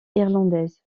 irlandaise